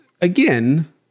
again